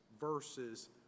Versus